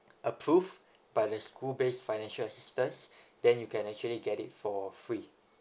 approved by the school based financial assistance then you can actually get it for free